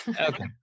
okay